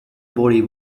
body